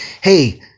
hey